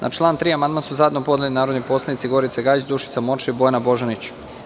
Na član 3. amandman su zajedno podnele narodni poslanici Gorica Gajić, Dušica Morčev i Bojana Božanić.